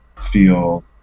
feel